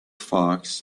fox